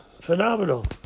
Phenomenal